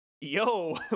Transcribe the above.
yo